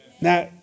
Now